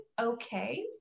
okay